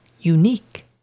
unique